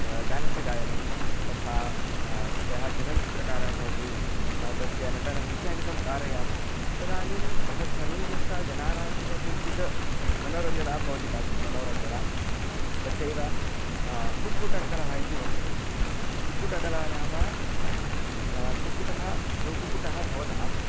ग गानस्य गायनं तथा यः चलनचित्रकारः भवति तस्य नटनम् इत्यादिकं कारयामः तदानीं तत् सर्वं दृष्ट्वा जनानां कृते किञ्चित् मनोरञ्जनं भवति किञ्चित् मनोरञ्जनं तथैव कुक्कुटकला इति वर्तते कुक्कुटकला नाम कुक्कुटः द्वौ कुक्कुटौ भवतः